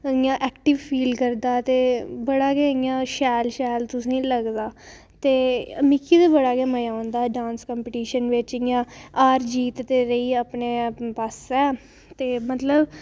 इंया active feel करदा ते बड़ा गै इं'या शैल शैल तुसेंगी लगदा ते मिगी ते बड़ा गै मज़ा आंदा डांस कम्पीटिशन च 'हार जीत रेही अपने पास्सै ते मतलब